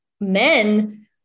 men